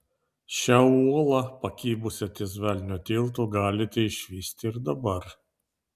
šią uolą pakibusią ties velnio tiltu galite išvysti ir dabar